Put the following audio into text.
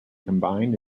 combined